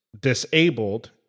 disabled